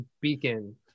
beacon